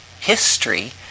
history